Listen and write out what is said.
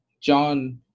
John